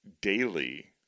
daily